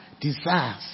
desires